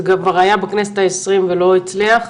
זה גם היה בכנסת ה-20 ולא הצליח,